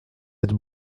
êtes